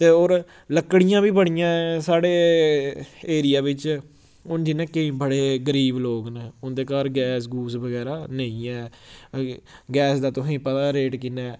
ते होर लकड़ियां बी बड़ियां साढ़े एरिया बिच्च हून जि'यां केईं बड़े गरीब लोग न उं'दे घर गैस गुस बगैरा नेईं ऐ गैस दा तुसें गी पता रेट किन्ना ऐ